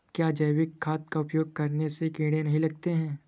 क्या जैविक खाद का उपयोग करने से कीड़े नहीं लगते हैं?